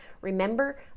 Remember